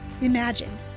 Imagine